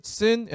sin